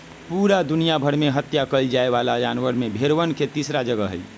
पूरा दुनिया भर में हत्या कइल जाये वाला जानवर में भेंड़वन के तीसरा जगह हई